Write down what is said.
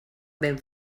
ben